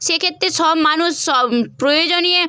সেক্ষেত্রে সব মানুষ সব প্রয়োজনীয়